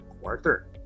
quarter